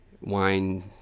wine